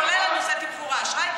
כולל נושא התמחור האשראי,